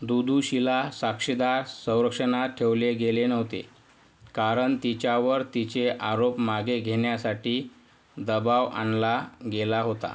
दुदुशीला साक्षीदार संरक्षणात ठेवले गेले नव्हते कारण तिच्यावर तिचे आरोप मागे घेण्यासाठी दबाव आणला गेला होता